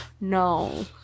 no